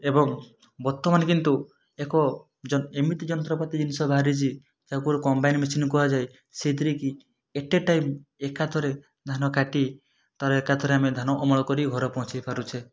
ଏବଂ ବର୍ତ୍ତମାନ କିନ୍ତୁ ଏକ ଯ ଏମିତି ଯନ୍ତ୍ରପାତି ଜିନିଷ ବାହାରିଛି ଯାହାକୁ କମ୍ବାଇନ୍ ମେସିନ୍ କୁହାଯାଏ ସେଇଥିରେ କି ଏଟେଟାଇମ୍ ଏକାଥରେ ଧାନକାଟି ତାର ଏକାଥରେ ଆମେ ଧାନ ଅମଳକରି ଘରେ ପହଞ୍ଚେଇ ପାରୁଛେ